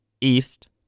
East